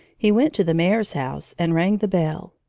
he went to the mayor's house and rang the bell.